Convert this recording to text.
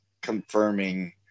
confirming